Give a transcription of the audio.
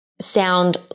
sound